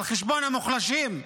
על חשבון המוחלשים.